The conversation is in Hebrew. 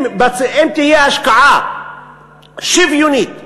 אם תהיה השקעה שוויונית בחינוך,